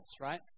right